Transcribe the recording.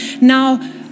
now